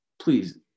please